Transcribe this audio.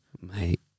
Mate